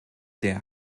der